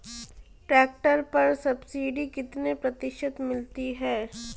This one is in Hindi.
ट्रैक्टर पर सब्सिडी कितने प्रतिशत मिलती है?